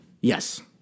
Yes